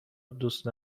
دوست